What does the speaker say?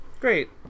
great